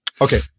Okay